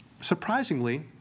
surprisingly